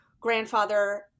grandfather